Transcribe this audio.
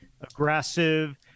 aggressive